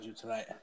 tonight